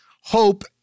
hope